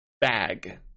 bag